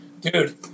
Dude